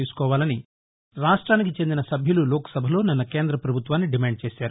తీసుకోవాలని రాష్ట్రానికి చెందిన సభ్యులు లోక్సభలో నిన్న కేంద పభుత్వాన్ని డిమాండ్ చేశారు